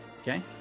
okay